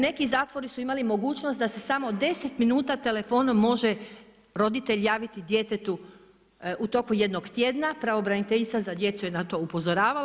Neki zatvori su imali mogućnost da se samo 10 minuta telefonom može roditelj javiti djetetu u toku jednog tjedna, pravobraniteljica za djecu je na to upozoravala.